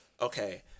okay